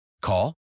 Call